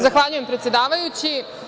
Zahvaljujem, predsedavajući.